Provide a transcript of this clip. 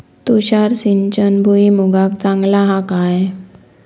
तुषार सिंचन भुईमुगाक चांगला हा काय?